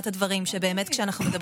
ראש הממשלה,